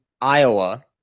iowa